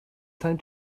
time